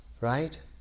Right